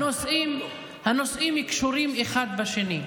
הנושאים קשורים אחד בשני.